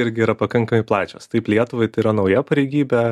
irgi yra pakankamai plačios taip lietuvai tai yra nauja pareigybė